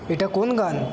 এটা কোন গান